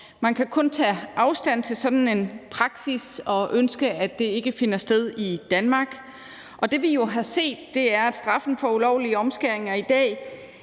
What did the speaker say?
Man kan kun tage afstand fra sådan en praksis og ønske, at det ikke finder sted i Danmark. Og det, vi jo har set, er, at straffen for ulovlige omskæringer i dag